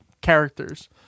characters